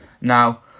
now